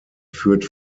führt